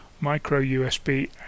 Micro-USB